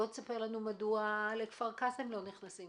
ספר לנו למה לכפר קאסם לא נכנסים.